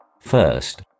First